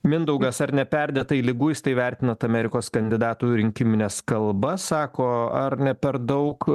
mindaugas ar neperdėtai liguistai vertinat amerikos kandidatų rinkimines kalbas sako ar ne per daug